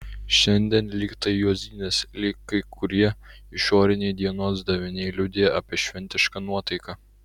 šiandien lyg tai juozinės lyg kai kurie išoriniai dienos daviniai liudija apie šventišką nuotaiką